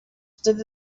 stood